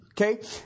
Okay